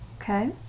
Okay